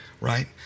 right